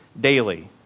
daily